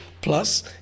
Plus